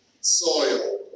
soil